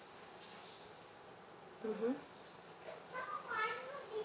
mmhmm